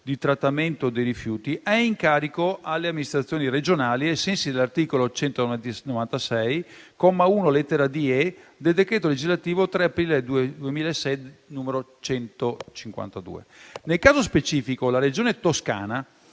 di trattamento dei rifiuti è in carico alle amministrazioni regionali, ai sensi dell'articolo 196, comma 1, lettere *d)* ed *e)* del decreto legislativo 3 aprile 2006, n. 152. Nel caso specifico, la Regione Toscana